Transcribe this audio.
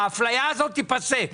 האפליה הזו תיפסק.